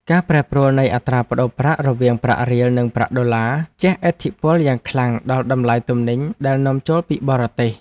ការប្រែប្រួលនៃអត្រាប្តូរប្រាក់រវាងប្រាក់រៀលនិងប្រាក់ដុល្លារ ជះឥទ្ធិពលយ៉ាងខ្លាំងដល់តម្លៃទំនិញដែលនាំចូលពីបរទេស។